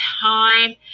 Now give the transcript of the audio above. time